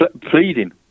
pleading